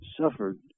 suffered